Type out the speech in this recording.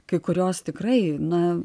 kai kurios tikrai na